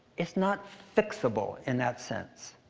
it's not fixable, in that sense,